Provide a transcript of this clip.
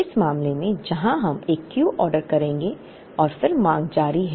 इस मामले में जहां हम एक Q ऑर्डर करेंगे और फिर मांग जारी है